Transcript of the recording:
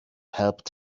helped